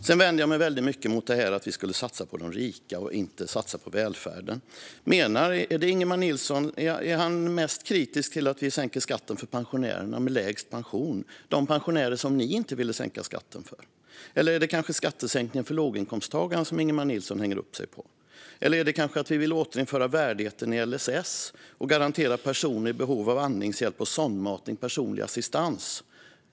Sedan vänder jag mig mot det här att vi skulle satsa på de rika och inte satsa på välfärden. Är Ingemar Nilsson mest kritisk till att vi sänker skatten för pensionärerna med lägst pension - de pensionärer som ni inte ville sänka skatten för? Eller är det kanske skattesänkningen för låginkomsttagare som Ingemar Nilsson hänger upp sig på? Eller är det att vi vill återinföra värdigheten i LSS och garantera personer i behov av andningshjälp och sondmatning personlig assistans?